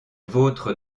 vôtres